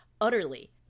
utterly